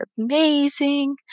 amazing